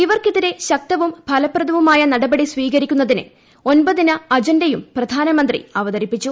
ഇവർക്കെതിരെ ശക്തവും ഫലപ്രദവുമായ നടപടി സ്വീകരിക്കുന്നതിന് ഒമ്പതിന അജണ്ടയും പ്രധാനമന്ത്രി അവതരിപ്പിച്ചു